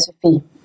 philosophy